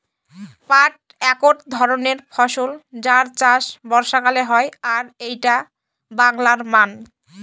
পাট একট ধরণের ফসল যার চাষ বর্ষাকালে হয় আর এইটা বাংলার মান